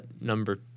number